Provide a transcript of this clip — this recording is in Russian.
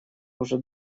уже